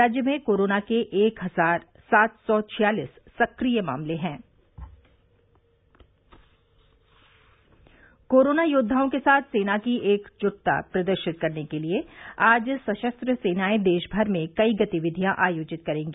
राज्य में कोरोना के एक हजार सात सौ छियालीस सक्रिय मामले हैं कोरोना योद्वाओं के साथ सेना की एकजुटता प्रदर्शित करने के लिए आज सशस्त्र सेनाएं देश भर में कई गतिविधियां आयोजित करेंगी